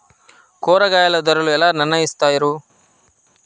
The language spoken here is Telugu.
కూరగాయల ధరలు ఎలా నిర్ణయిస్తారు?